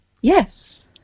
Yes